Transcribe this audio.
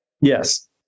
Yes